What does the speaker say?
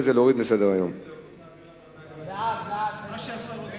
ההצעה להעביר את הנושא